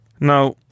now